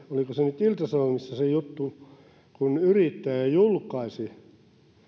oliko se nyt ilta sanomissa se juttu siitä kun yrittäjä julkaisi